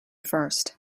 first